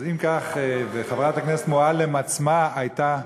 אז אם כך, וחברת הכנסת מועלם עצמה הייתה,